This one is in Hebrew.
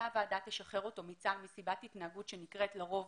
אותה ועדה תשחרר אותו מצה"ל מסיבת התנהגות שנקראת לרוב